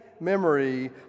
memory